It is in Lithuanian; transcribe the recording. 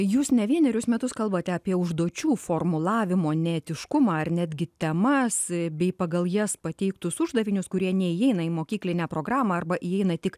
jūs ne vienerius metus kalbate apie užduočių formulavimo neetiškumą ar netgi temas bei pagal jas pateiktus uždavinius kurie neįeina į mokyklinę programą arba įeina tik